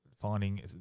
finding